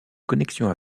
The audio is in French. connexion